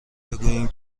بگوییم